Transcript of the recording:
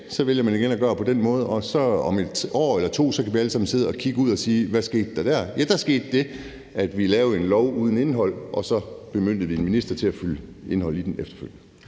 så vælger man igen og gøre det på den måde. Og om et år eller to kan vi så alle sammen sidde og kigge ud og sige: Hvad skete der? Ja, der skete det, at vi lavede en lov uden indhold, og så bemyndigede vi en minister til at fylde indhold i den efterfølgende.